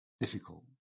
difficult